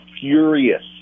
furious